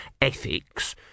ethics